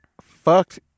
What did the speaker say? fucked